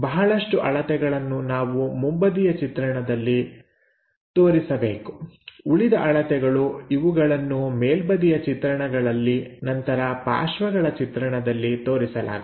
ಬಹಳಷ್ಟು ಅಳತೆಗಳನ್ನು ನಾವು ಮುಂಬದಿಯ ಚಿತ್ರದಲ್ಲಿ ತೋರಿಸಬೇಕು ಉಳಿದ ಅಳತೆಗಳು ಇವುಗಳನ್ನು ಮೇಲ್ಬದಿಯ ಚಿತ್ರಣಗಳಲ್ಲಿ ನಂತರ ಪಾರ್ಶ್ವಗಳ ಚಿತ್ರಣದಲ್ಲಿ ತೋರಿಸಲಾಗುತ್ತದೆ